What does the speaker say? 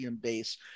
base